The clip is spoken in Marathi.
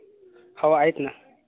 हो आहेत ना